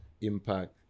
impact